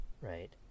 right